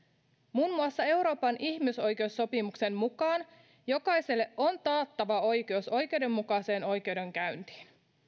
muun muassa euroopan ihmisoikeussopimuksen mukaan jokaiselle on taattava oikeus oikeudenmukaiseen oikeudenkäyntiin